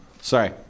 Sorry